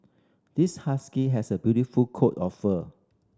this husky has a beautiful coat of fur